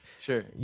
sure